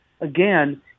again